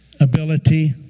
Ability